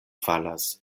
falas